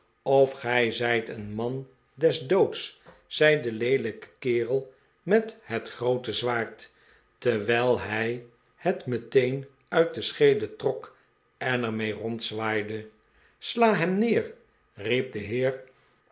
of gij zijt een man des doods zei de leelijke kerel met het groote zwaard terwijl hij het meteen uit de scheede trok en er mee rondzwaaide sla hem neer riep de heer